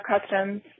customs